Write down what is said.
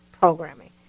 programming